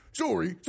sorry